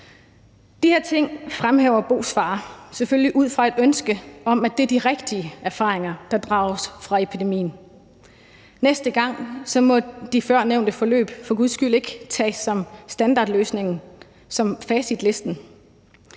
De her ting fremhæver Bos far selvfølgelig ud fra et ønske om, at det er de rigtige erfaringer, der drages af epidemien. Næste gang må de førnævnte forløb for guds skyld ikke tages som standardløsningen og som facitlisten,